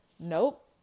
Nope